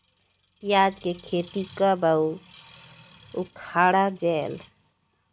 पियाज के खेती कब अउ उखाड़ा जायेल?